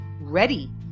ready